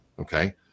Okay